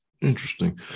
Interesting